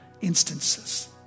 instances